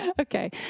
Okay